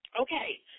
okay